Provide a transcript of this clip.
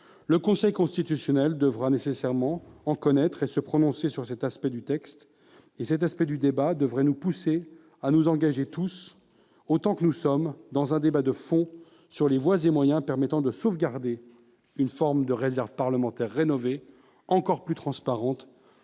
Le Conseil constitutionnel devra nécessairement se prononcer sur ce point du texte et cet aspect du débat devrait nous pousser à nous engager tous autant que nous sommes dans un débat de fond sur les voies et moyens permettant de sauvegarder une forme de réserve parlementaire rénovée, encore plus transparente